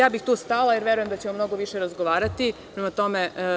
Ovde bih stala jer verujem da ćemo mnogo više razgovarati o svemu tome.